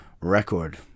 record